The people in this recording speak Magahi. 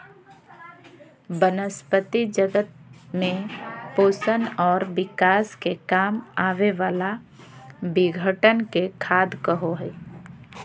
वनस्पती जगत में पोषण और विकास के काम आवे वाला विघटन के खाद कहो हइ